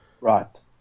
Right